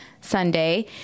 Sunday